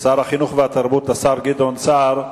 השר גדעון סער.